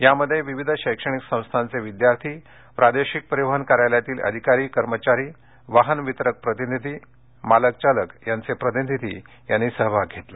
यामध्ये विविध शैक्षणिक संस्थांचे विद्यार्थी प्रादेशिक परिवहन कार्यालयातील अधिकारी कर्मचारी वाहन वितरक प्रतिनिधी वाहन मालक चालक यांचे प्रतिनिधी यांनी सहभाग घेतला